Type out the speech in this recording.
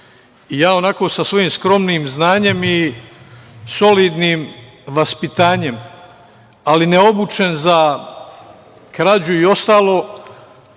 onako sa svojim skromnim znanjem i solidnim vaspitanjem, ali neobučen za krađu i ostalo,